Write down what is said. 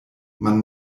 man